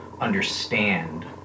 understand